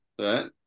Right